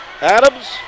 Adams